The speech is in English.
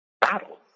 battle